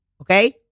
Okay